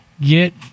get